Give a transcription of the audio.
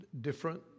different